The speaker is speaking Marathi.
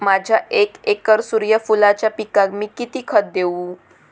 माझ्या एक एकर सूर्यफुलाच्या पिकाक मी किती खत देवू?